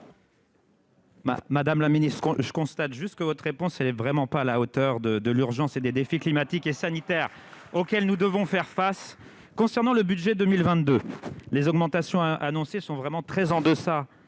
Madame la ministre, je constate que votre réponse n'est vraiment pas à la hauteur de l'urgence des défis climatiques et sanitaires auxquels nous devons faire face. Concernant le budget 2022, les augmentations annoncées sont très en deçà